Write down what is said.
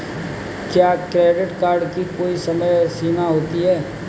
क्या credit card की कोई समय सीमा होती है?